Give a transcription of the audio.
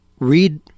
read